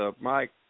Mike